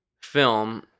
film